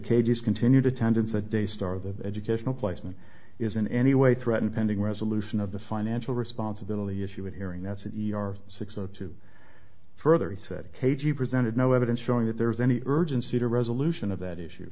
cages continued attendance the daystar of the educational placement is in any way threatened pending resolution of the financial responsibility issue of hearing that's it your six o two further he said k g presented no evidence showing that there was any urgency to a resolution of that issue